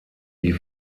die